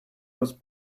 was